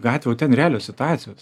gatvę o ten realios situacijos